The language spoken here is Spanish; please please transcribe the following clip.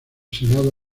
senado